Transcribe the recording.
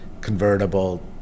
convertible